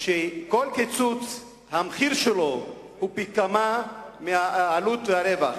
שהמחיר של כל קיצוץ הוא פי כמה מהעלות והרווח,